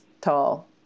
tall